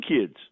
kids